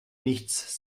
nichts